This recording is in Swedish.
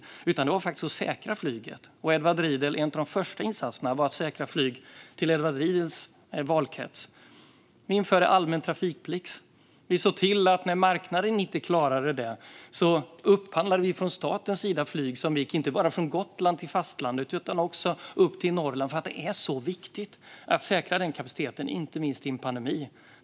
Den första åtgärden var faktiskt att säkra flyget - och en av de första insatserna var att säkra flyg till Edward Riedls valkrets. Vi införde allmän trafikplikt. När marknaden inte klarade det upphandlade vi från statens sida flyg som gick inte bara från Gotland till fastlandet utan också upp till Norrland för att det är så viktigt att säkra den kapaciteten, inte minst i en pandemi.